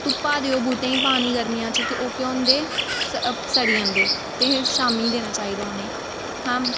धुप्पा देओ बहूटें गी पानी गर्मियां च ते ओह् केह् होंदे सड़ सड़ी जंदे ते शामी देना चाहिदा उ'नेंगी हैं